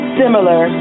similar